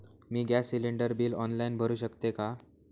मी gas cylinder bill online भरु शकते का?